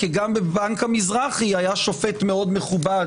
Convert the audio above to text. כי גם בבנק המזרחי היה שופט מאוד מכובד